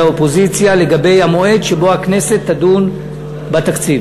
האופוזיציה לגבי המועד שבו הכנסת תדון בתקציב.